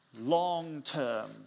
Long-term